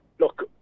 look